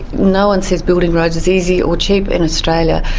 no one says building roads is easy or cheap in australia.